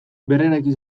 berreraiki